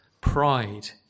Pride